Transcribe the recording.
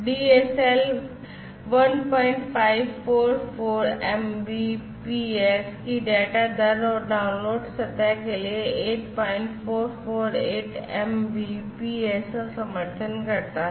DSL 1544 Mbps की data दर और डाउनलोड सतह के लिए 8448 एमबीपीएस का समर्थन करता है